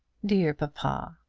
dear papa!